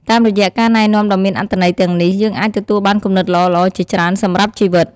តាមរយៈការណែនាំដ៏មានអត្ថន័យទាំងនេះ យើងអាចទទួលបានគំនិតល្អៗជាច្រើនសម្រាប់ជីវិត។